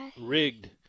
rigged